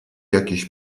jakiś